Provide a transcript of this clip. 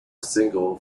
single